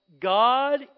God